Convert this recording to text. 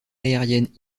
aérienne